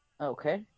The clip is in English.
okay